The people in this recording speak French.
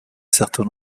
certain